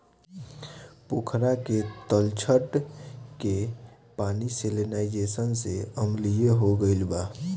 पोखरा के तलछट के पानी सैलिनाइज़ेशन से अम्लीय हो गईल बा